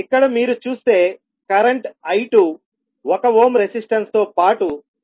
ఇక్కడ మీరు చూస్తే కరెంట్ I2 ఒక ఓమ్ రెసిస్టన్స్ తో పాటు ఇండక్టర్ ద్వారా ప్రవహిస్తోంది